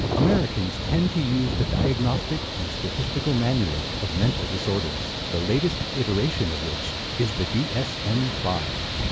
americans tend to use the diagnostic and statistical manual of mental disorders, the latest iteration of which is the dsm five.